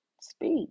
speak